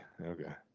okay